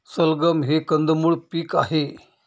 सलगम हे कंदमुळ पीक आहे